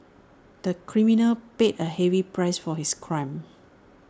the criminal paid A heavy price for his crime